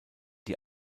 die